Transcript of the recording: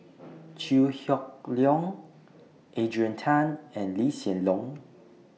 Chew Hock Leong Adrian Tan and Lee Hsien Loong